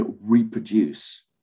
reproduce